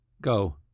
Go